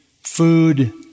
food